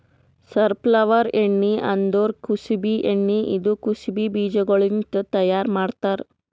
safflower ಎಣ್ಣಿ ಅಂದುರ್ ಕುಸುಬಿ ಎಣ್ಣಿ ಇದು ಕುಸುಬಿ ಬೀಜಗೊಳ್ಲಿಂತ್ ತೈಯಾರ್ ಮಾಡ್ತಾರ್